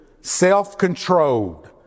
self-controlled